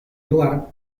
lugar